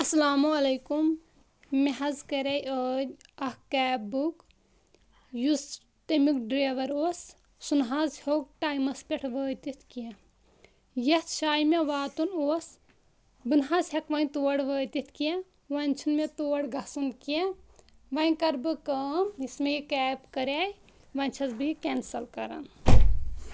السلام علیکُم مےٚ حظ کَرے عٲدۍ اَکھ کیب بُک یُس تَمیُک ڈرٛیوَر اوس سُہ نہٕ حظ ہیوٚک ٹایمَس پٮ۪ٹھ وٲتِتھ کیٚنٛہہ یَتھ جاے مےٚ واتُن اوس بہٕ نہٕ حظ ہٮ۪کہٕ وۄنۍ تور وٲتِتھ کیٚنٛہہ وۄنۍ چھِنہٕ مےٚ تور گژھُن کیٚنٛہہ وۄنۍ کَر بہٕ کٲم یُس مےٚ یہِ کیب کَرے وۄنۍ چھَس بہٕ یہِ کینسَل کَران